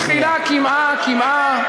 בתחילה קמעה קמעה,